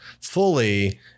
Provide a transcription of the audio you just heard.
fully